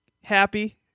Happy